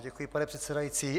Děkuji, pane předsedající.